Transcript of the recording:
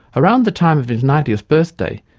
around the time of his ninetieth birthday,